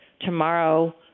tomorrow